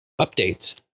updates